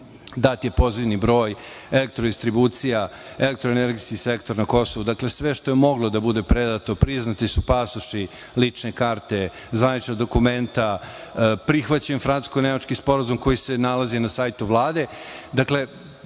dat je pozivni broj, elektrodistribucija, elektroenergetski sektor na Kosovu. Dakle, sve što je moglo da bude predato. Priznati su pasoši, lične karte, zvanična dokumenta. Prihvaćen je francusko-nemački sporazum koji se nalazi na sajtu